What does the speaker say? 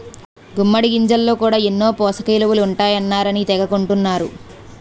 గుమ్మిడి గింజల్లో కూడా ఎన్నో పోసకయిలువలు ఉంటాయన్నారని తెగ కొంటన్నరు